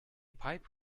pipe